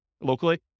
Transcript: locally